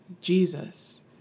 Jesus